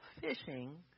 fishing